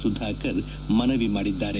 ಸುಧಾಕರ್ ಮನವಿ ಮಾಡಿದ್ದಾರೆ